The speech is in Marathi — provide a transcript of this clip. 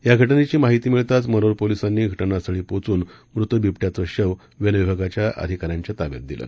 या घटनेची माहिती मिळताच मनोर पोलिसांनी घटनास्थळी पोहचून मृत बिबट्याचं शव वनविभागाच्या अधिकाऱ्यांच्या ताब्यात दिलं